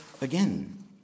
again